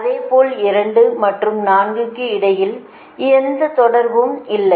அதேபோல் 2 மற்றும் 4 க்கு இடையில் எந்த தொடர்பும் இல்லை